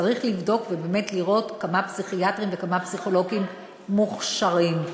וצריך לבדוק ולראות כמה פסיכיאטרים וכמה פסיכולוגים מוכשרים.